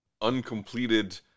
uncompleted